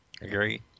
Agree